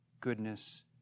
goodness